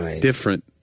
different